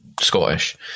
Scottish